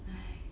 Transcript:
!hais!